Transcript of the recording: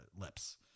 lips